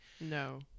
No